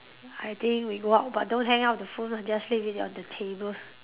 I think we go out but don't hang up the phone ah just leave it on the table